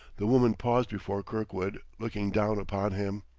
the woman paused before kirkwood, looking down upon him.